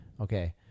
Okay